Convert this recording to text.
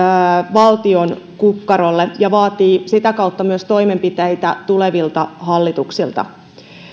valtion kukkarolle ja vaatii sitä kautta myös toimenpiteitä tulevilta hallituksilta